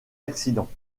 accident